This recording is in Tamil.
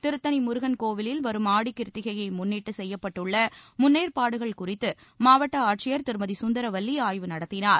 திருத்தணி முருகன் கோவிலில் வரும் ஆடிக் கிருத்திகையை முன்னிட்டு செய்யப்பட்டுள்ள முன்னேற்பாடுகள் குறித்து மாவட்ட ஆட்சியர் திருமதி சுந்தரவல்லி ஆய்வு நடத்தினார்